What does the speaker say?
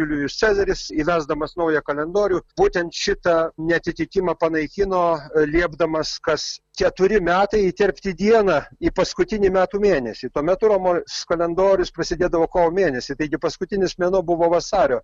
julijus cezaris įvesdamas naują kalendorių būtent šitą neatitikimą panaikino liepdamas kas keturi metai įterpti dieną į paskutinį metų mėnesį tuo metu romos kalendorius prasidėdavo kovo mėnesį taigi paskutinis mėnuo buvo vasario